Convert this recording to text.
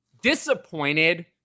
disappointed